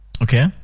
Okay